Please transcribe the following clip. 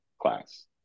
class